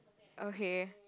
okay